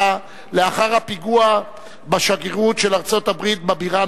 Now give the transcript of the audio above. לאחר הפיגוע בשגרירות ארצות-הברית בבירה,